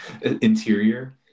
interior